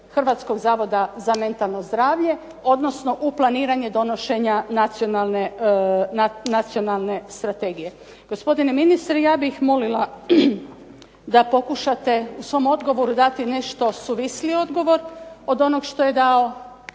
Hrvatskog zavoda za mentalno zdravlje, odnosno u planiranje donošenja nacionalne strategije. Gospodine ministre, ja bih molila da pokušate u svom odgovoru dati nešto suvisliji odgovor od onog što je dao